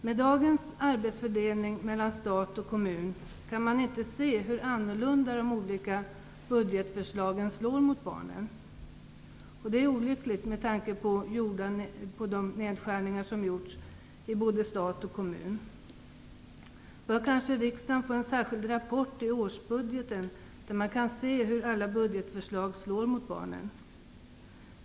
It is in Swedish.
Med dagens arbetsfördelning mellan stat och kommun kan man inte se hur olika de skilda budgetförslagen slår mot barnen. Det är olyckligt med tanke på de nedskärningar som gjorts i både stat och kommun. Bör kanske riksdagen få en särskild rapport i årsbudgeten där man kan se hur alla budgetförslag slår mot barnen?